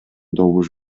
добуш